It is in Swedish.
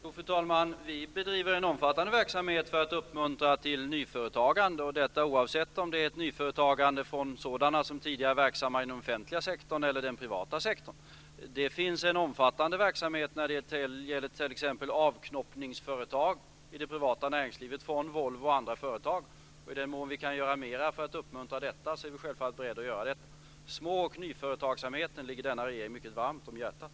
Fru talman! Vi bedriver en omfattande verksamhet för att uppmuntra till nyföretagande, och detta oavsett om det är ett nyföretagande av sådana som tidigare var verksamma i den offentliga sektorn eller i den privata sektorn. Det finns en omfattande verksamhet när det gäller s.k. avknoppningsföretag i det privata näringslivet t.ex. från Volvo och andra företag. I den mån vi kan göra mer för att uppmuntra detta är vi självfallet beredda att göra detta. Små och nyföretagsamheten ligger denna regering mycket varmt om hjärtat.